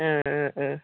ആ ആ ആ